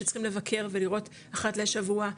שצריכים לבקר ולראות אחת לשבוע,